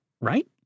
right